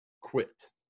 quit